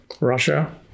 Russia